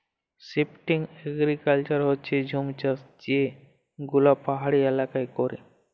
shifting agriculture হচ্যে জুম চাষ যে গুলা পাহাড়ি এলাকায় ক্যরে